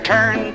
Turn